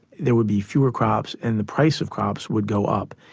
there would be fewer crops and the price of crops would go up.